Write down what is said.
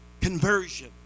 conversion